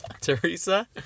Teresa